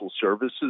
services